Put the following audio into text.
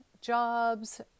jobs